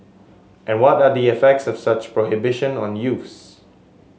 and what are the effects of such prohibition on youths